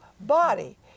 body